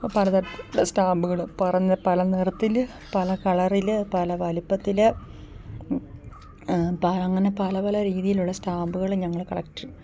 പലതര സ്റ്റാമ്പുകൾ പറന്ന് പല നിറത്തിൽ പല കളറിൽ പല വലുപ്പത്തിൽ പാ അങ്ങനെ പല പല രീതിയിലുള്ള സ്റ്റാമ്പുകൾ ഞങ്ങൾ കളക്റ്റ്